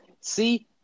see